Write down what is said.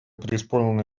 преисполнена